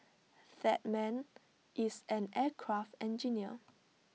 that man is an aircraft engineer